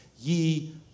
ye